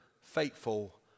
faithful